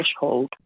threshold